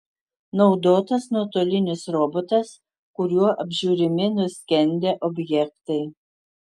naudotas nuotolinis robotas kuriuo apžiūrimi nuskendę objektai